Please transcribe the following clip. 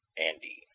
Andy